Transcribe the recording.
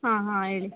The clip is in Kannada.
ಹಾಂ ಹಾಂ ಹೇಳಿ